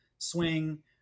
swing